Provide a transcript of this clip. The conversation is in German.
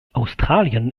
australien